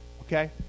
okay